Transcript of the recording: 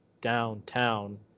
downtown